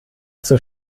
zur